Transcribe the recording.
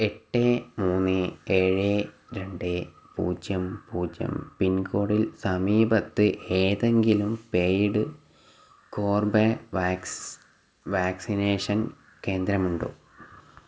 എട്ട് മൂന്ന് ഏഴ് രണ്ട് പൂജ്യം പൂജ്യം പിൻകോഡിൽ സമീപത്ത് ഏതെങ്കിലും പെയ്ഡ് കോർബെവാക്സ് വാക്സിനേഷൻ കേന്ദ്രമുണ്ടോ